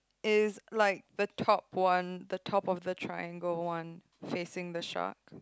is like the top one the top of the triangle one facing the shark